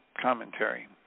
commentary